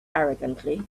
arrogantly